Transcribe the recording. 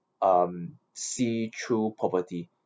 um see through poverty